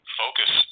focus